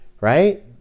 right